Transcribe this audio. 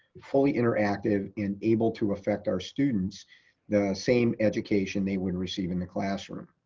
fully interactive in able to affect our students the same education they would receive in the classroom.